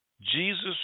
Jesus